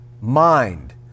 mind